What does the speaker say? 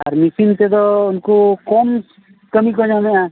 ᱟᱨ machine ᱛᱮᱫᱚ ᱩᱱᱠᱩ ᱠᱚᱢ ᱠᱟᱹᱢᱤ ᱠᱚ ᱧᱟᱢᱮᱜᱼᱟ